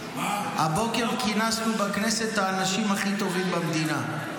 הבוקר כינסנו בכנסת את האנשים הכי טובים במדינה.